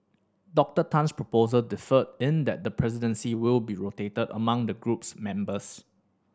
Doctor Tan's proposal differed in that the presidency will be rotated among the group's members